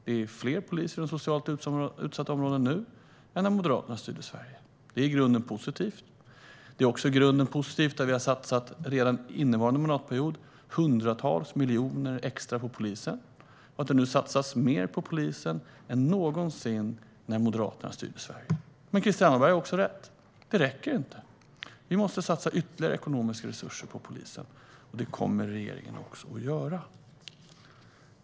Det är fler poliser i de socialt utsatta områdena nu än när Moderaterna styrde Sverige. Det är i grunden positivt. Det är också i grunden positivt att vi redan innevarande mandatperiod har satsat hundratals miljoner extra på polisen och att det nu satsas mer på polisen än någonsin när Moderaterna styrde Sverige. Men Krister Hammarbergh har också rätt: Det räcker inte. Vi måste satsa ytterligare ekonomiska resurser på polisen. Det kommer regeringen också att göra.